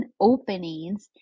openings